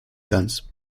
ganz